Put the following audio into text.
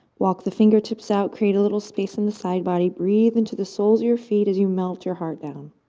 walk the fingertips out, create a little space in the side body. breathe into the soles of your feet as you melt your heart down.